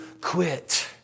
quit